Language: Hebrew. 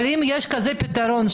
אבל אם יש פתרון כזה